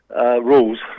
rules